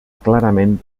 clarament